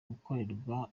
gukorerwa